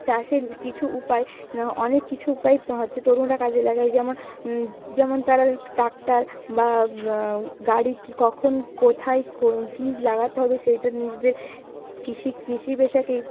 চাষের কিছু উপায় অনেক কিছু উপায় হচ্ছে তরুণরা কাজে লাগায় যেমন যেমন তারা ট্রাকটার বা গাড়ি কী কখন কোথায় কী লাগাতে হবে সেটা নিজেদের কৃষি কৃষি পেশাকেই